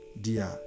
dear